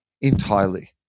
entirely